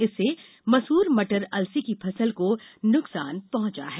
इससे मसूर मटर अलसी की फसल को नुकसान पहुॅचा है